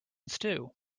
stew